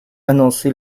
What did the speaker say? annoncé